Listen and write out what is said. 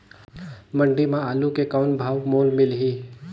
मंडी म आलू के कौन भाव मोल मिलही?